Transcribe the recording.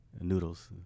noodles